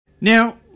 Now